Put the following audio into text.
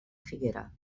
figuera